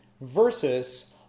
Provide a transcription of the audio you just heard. versus